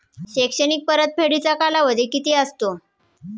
शैक्षणिक परतफेडीचा कालावधी किती असतो?